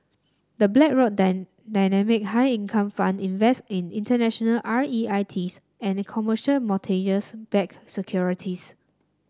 the Blackrock Dynamic High Income Fund invest in international R E I Ts and commercial mortgage backed securities